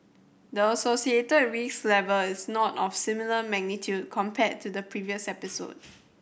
the associated risk level is not of similar magnitude compared to the previous episode